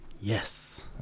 Yes